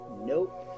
Nope